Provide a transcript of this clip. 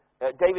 David